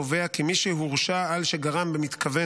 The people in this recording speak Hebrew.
קובע כי מי שהורשע על שגרם במתכוון